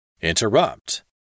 Interrupt